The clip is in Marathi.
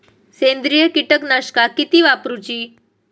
सेंद्रिय कीटकनाशका किती वापरूची?